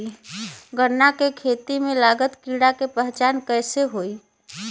गन्ना के खेती में लागल कीड़ा के पहचान कैसे होयी?